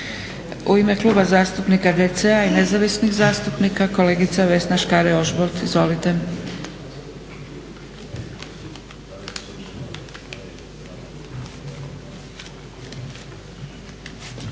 U ime Kluba zastupnika DC-a i nezavisnih zastupnika kolegica Vesna Škare-Ožbolt. Izvolite.